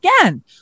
again